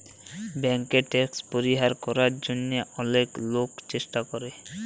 ব্যাংকে ট্যাক্স পরিহার করার জন্যহে অলেক লোকই চেষ্টা করে